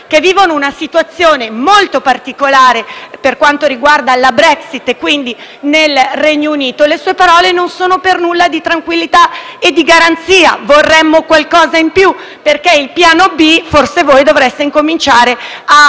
che vivono una situazione molto particolare per quanto riguarda la Brexit, e quindi nel Regno Unito, le sue parole non sono per nulla di tranquillità e di garanzia. Vorremmo qualcosa in più, perché il piano B forse voi dovreste incominciare a